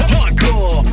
Hardcore